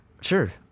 Sure